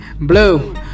blue